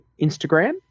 Instagram